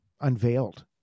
unveiled